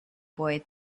boy